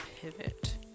pivot